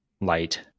light